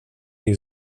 new